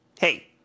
hey